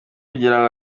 kugirango